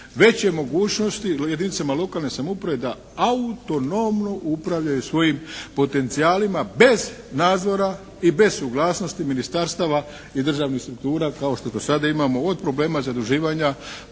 veće mogućnosti jedinicama lokalne samouprave da autonomno upravljaju svojim potencijalima bez nadzora i bez suglasnosti ministarstava i državnih struktura kao što dosada imamo od problema zaduživanja